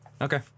Okay